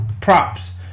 props